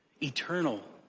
eternal